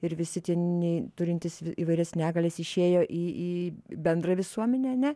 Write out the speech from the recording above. ir visi tie nei turintys įvairias negalias išėjo į į bendrą visuomenę ane